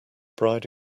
bride